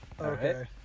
Okay